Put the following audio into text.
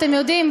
אתם יודעים,